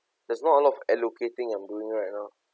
there's not a lot of allocating I'm doing right now